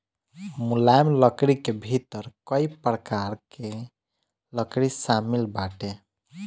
मुलायम लकड़ी के भीतर कई प्रकार कअ लकड़ी शामिल बाटे